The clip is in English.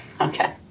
Okay